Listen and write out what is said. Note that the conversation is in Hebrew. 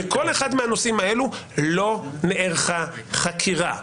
בכל אחד מהנושאים האלו לא נערכה חקירה.